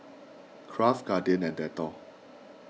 Kraft Guardian and Dettol